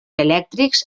elèctrics